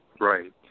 Right